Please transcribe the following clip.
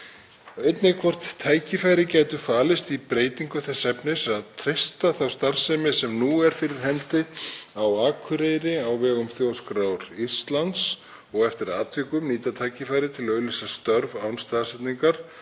einnig hvort tækifæri gætu falist í breytingu þess efnis að treysta þá starfsemi sem nú er fyrir hendi á Akureyri á vegum Þjóðskrár Íslands, og eftir atvikum nýta tækifærið til að auglýsa störf án staðsetningar,